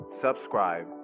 subscribe